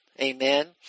amen